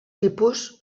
tipus